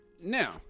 Now